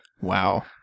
Wow